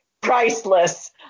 priceless